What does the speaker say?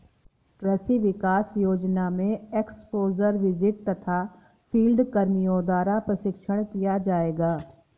कृषि विकास योजना में एक्स्पोज़र विजिट तथा फील्ड कर्मियों द्वारा प्रशिक्षण किया जाएगा